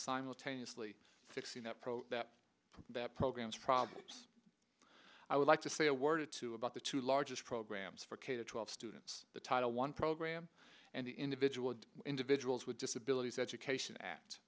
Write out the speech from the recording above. simultaneously fixing that pro that that program's problems i would like to say a word or two about the two largest programs for k twelve students the title one program and the individual and individuals with disabilities education act